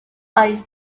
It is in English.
are